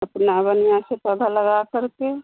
अपना बनिया से पौधा लगाकर के